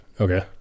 okay